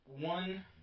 one